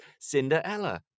Cinderella